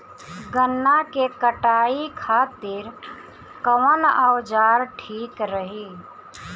गन्ना के कटाई खातिर कवन औजार ठीक रही?